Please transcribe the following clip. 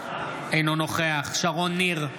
אינו נוכח שרון ניר,